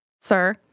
Sir